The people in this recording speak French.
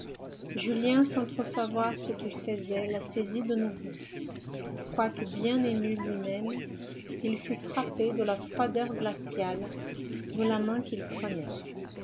julien sans trop savoir ce qu'il faisait la saisit de nouveau quoique bien ému lui-même il fut frappé de la froideur glaciale de la main qu'il prenait